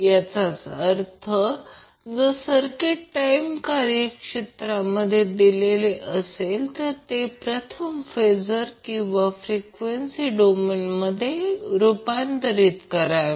याचाच अर्थ जर सर्किट टाईम कार्यक्षेत्रामध्ये दिलेले असेल तर ते प्रथम फेजर किंवा फ्रिक्वेंसी डोमेन मध्ये रूपांतर करावे